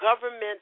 government